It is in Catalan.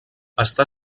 està